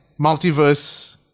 multiverse